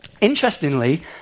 Interestingly